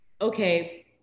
okay